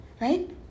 right